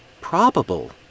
probable